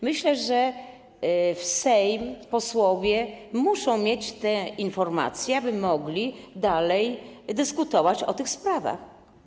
Myślę, że Sejm, posłowie muszą mieć te informacje, aby mogli dalej dyskutować o tych sprawach.